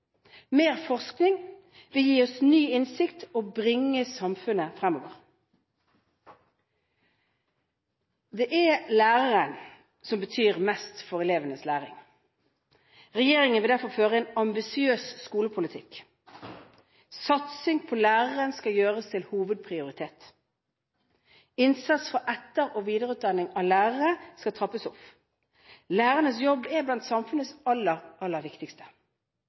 Mer forskning vil gi oss ny innsikt og bringe samfunnet fremover. Det er læreren som betyr mest for elevenes læring. Regjeringen vil derfor føre en ambisiøs skolepolitikk. Satsing på læreren skal gjøres til hovedprioritet. Innsats for etter- og videreutdanning av lærere skal trappes opp. Lærernes jobb er blant samfunnets aller, aller viktigste.